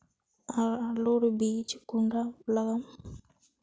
आलूर बीज कुंडा लगाम?